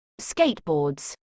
Skateboards